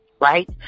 Right